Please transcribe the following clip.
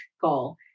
goal